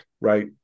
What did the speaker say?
Right